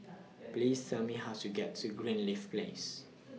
Please Tell Me How to get to Greenleaf Place